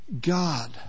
God